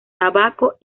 tabaco